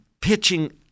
pitching